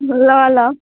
ल ल